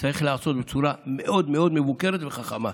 זה צריך להיעשות בצורה מאוד מאוד מבוקרת וחכמה.